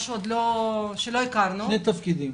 שני תפקידים,